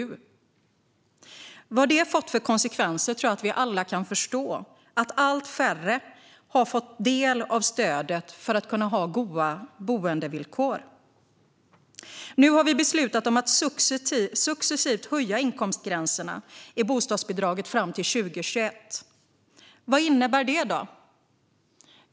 Vad de uteblivna höjningarna har fått för konsekvenser tror jag att vi alla kan förstå, att allt färre har fått ta del av stödet för att kunna ha goda boendevillkor. Nu har vi beslutat om att successivt höja inkomstgränserna i bostadsbidraget fram till 2021. Vad innebär det?